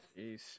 Jeez